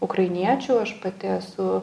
ukrainiečių aš pati esu